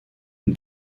une